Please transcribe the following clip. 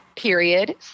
period